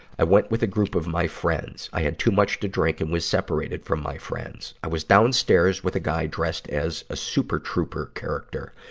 i went with a group of my friends. i had too much to drink and was separated from my friends. i was downstairs with a guy dressed as a super trooper character.